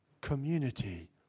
community